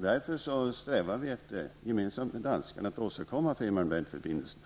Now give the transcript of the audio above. Därför strävar vi -- gemensamt med danskarna -- efter att åstadkomma Femern Bältförbindelsen.